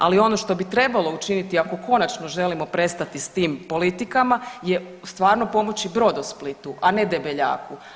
Ali ono što bi trebalo učiniti ako konačno želimo prestati s tim politikama je stvarno pomoći Brodosplitu, a ne Debeljaku.